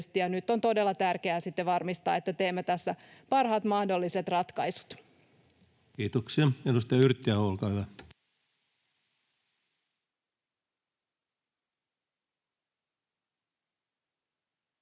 Nyt on todella tärkeää varmistaa, että teemme tässä parhaat mahdolliset ratkaisut. Kiitoksia. — Edustaja Yrttiaho, olkaa hyvä.